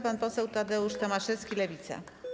Pan poseł Tadeusz Tomaszewski, Lewica.